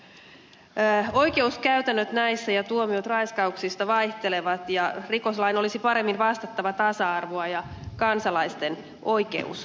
näissä oikeuskäytännöt ja tuomiot raiskauksista vaihtelevat ja rikoslain olisi paremmin vastattava tasa arvoa ja kansalaisten oikeustajua